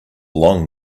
long